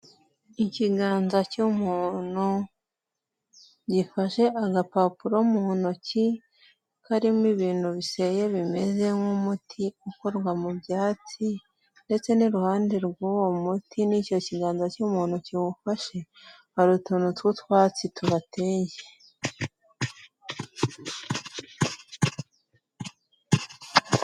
Ikiganza cy'umuntu gifashe agapapuro mu ntoki karimo ibintu biseye bimeze nk'umuti ukorwa mu byatsi, ndetse n'iruhande rw'uwo muti n'icyo kiganza cy'umuntu kiwufashe, hari utuntu tw'utwatsi tuhateye.